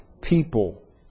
people